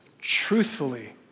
truthfully